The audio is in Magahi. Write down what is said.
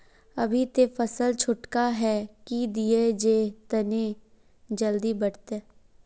अभी ते फसल छोटका है की दिये जे तने जल्दी बढ़ते?